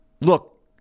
Look